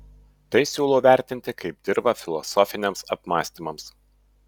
tai siūlau vertinti kaip dirvą filosofiniams apmąstymams